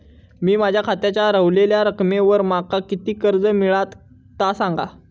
मी माझ्या खात्याच्या ऱ्हवलेल्या रकमेवर माका किती कर्ज मिळात ता सांगा?